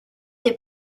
des